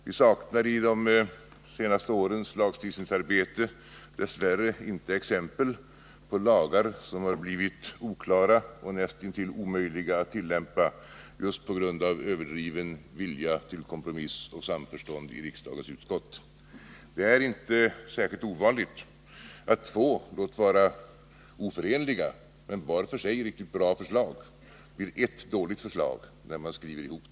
Vi saknar i de senaste årens lagstiftningsarbete dess värre inte exempel på lagar som har blivit oklara och näst intill omöjliga att tillämpa just på grund av överdriven vilja till kompromiss och samförstånd i riksdagens utskott. Det är inte särskilt ovanligt att två, låt vara oförenliga, men var för sig riktigt bra förslag blir ett dåligt förslag när de skrivs ihop.